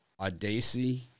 Audacy